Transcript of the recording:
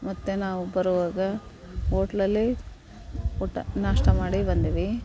ಮತ್ತು ನಾವು ಬರುವಾಗ ಓಟ್ಲಲ್ಲಿ ಊಟ ನಾಷ್ಟ ಮಾಡಿ ಬಂದಿವಿ